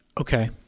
Okay